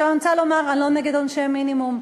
אני רוצה לומר, אני לא נגד עונשי מינימום.